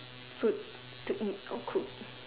fruit to eat or cook